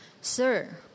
Sir